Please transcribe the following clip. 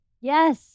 yes